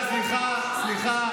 עאידה, סליחה.